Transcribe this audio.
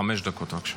חמש דקות, בבקשה.